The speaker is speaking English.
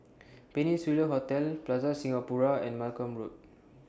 Peninsula Hotel Plaza Singapura and Malcolm Road